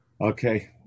Okay